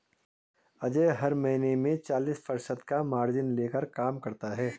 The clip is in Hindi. अजय हर महीने में चालीस प्रतिशत का मार्जिन लेकर काम करता है